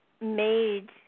made